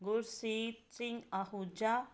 Gurseet Singh Ahuja